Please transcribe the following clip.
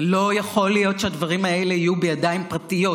זה לא יכול להיות שהדברים האלה יהיו בידיים פרטיות,